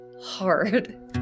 hard